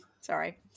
Sorry